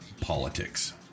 politics